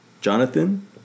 Jonathan